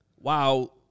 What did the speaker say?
wow